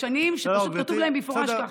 חוקים ישנים שפשוט כתוב בהם במפורש ככה.